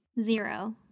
Zero